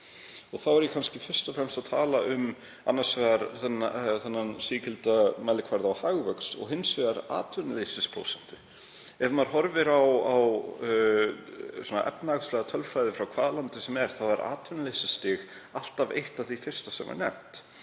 Þá er ég kannski fyrst og fremst að tala um annars vegar þennan sígilda mælikvarða á hagvöxt og hins vegar atvinnuleysisprósentu. Ef maður horfir á efnahagslega tölfræði frá hvaða landi sem er þá er atvinnuleysisstig alltaf eitt af því fyrsta sem er nefnt